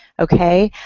okay?